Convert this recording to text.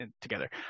together